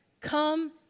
Come